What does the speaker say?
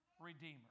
Redeemer